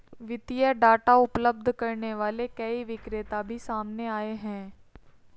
वित्तीय डाटा उपलब्ध करने वाले कई विक्रेता भी सामने आए हैं